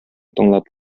тыңлап